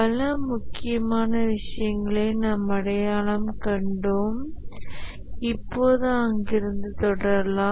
பல முக்கியமான விஷயங்களை நாம் அடையாளம் கண்டோம் இப்போது அங்கிருந்து தொடரலாம்